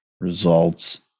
results